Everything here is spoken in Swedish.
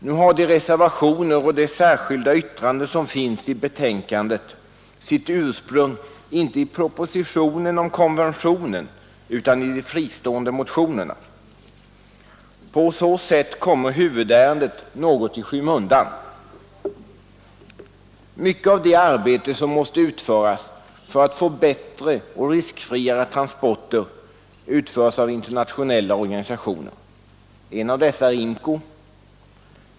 Nu har de reservationer och det särskilda yttrande som finns i betänkandet sitt ursprung inte i propositionen om konventionen utan i de fristående motionerna. På så sätt kommer huvudärendet något i skymundan. Mycket av det arbete som måste utföras för att få bättre och riskfriare transporter utföres av internationella organisationer. En av dessa är IMCO.